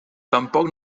tampoc